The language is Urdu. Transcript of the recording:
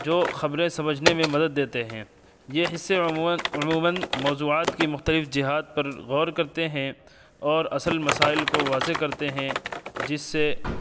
جو خبریں سمجھنے میں مدد دیتے ہیں یہ حصے عموماً عموماً موضوعات کی مختلف جہات پر غور کرتے ہیں اور اصل مسائل کو واضح کرتے ہیں جس سے